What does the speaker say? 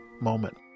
moment